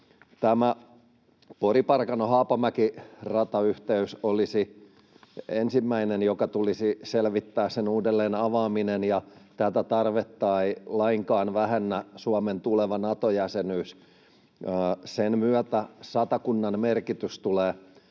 Tämä Pori—Parkano—Haapamäki-ratayhteys olisi ensimmäinen, joka tulisi selvittää, sen uudelleen avaaminen, ja tätä tarvetta ei lainkaan vähennä Suomen tuleva Nato-jäsenyys. Sen myötä Satakunnan merkitys tulee